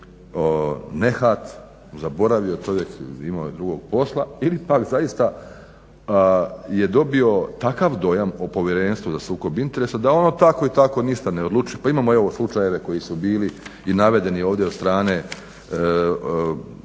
nehat, zaboravio čovjek, imao je drugog posla ili pak zaista je dobio takav dojam o Povjerenstvu za sukob interesa da ono tako i tako ništa ne odlučuje. Pa imamo evo slučajeve koji su bili i navedeni ovdje od strane HDZ-a,